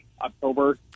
October